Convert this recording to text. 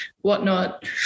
whatnot